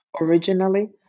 originally